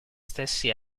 stessi